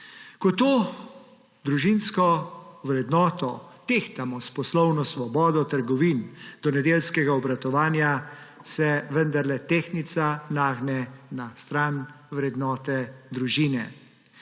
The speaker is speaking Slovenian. Ko to družinsko vrednoto tehtamo s poslovno svobodo trgovin do nedeljskega obratovanja, se vendarle tehtnica nagne na stran vrednote družine.